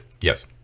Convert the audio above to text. Yes